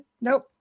Nope